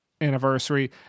anniversary